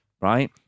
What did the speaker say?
right